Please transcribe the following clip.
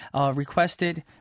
requested